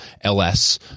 ls